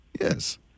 Yes